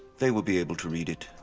they will be able to read it.